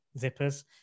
zippers